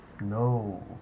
No